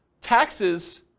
taxes